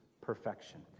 perfection